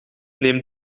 neem